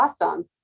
awesome